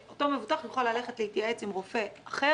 ויגבו ממנו את אותה גבייה רבעונית,